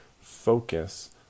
focus